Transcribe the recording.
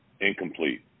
Incomplete